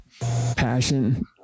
passion